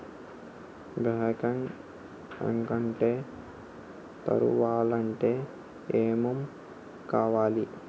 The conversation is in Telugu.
బ్యాంక్ అకౌంట్ తెరవాలంటే ఏమేం కావాలి?